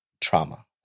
trauma